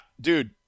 dude